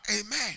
Amen